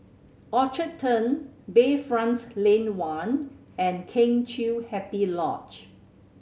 Orchard Turn Bayfront Lane One and Kheng Chiu Happy Lodge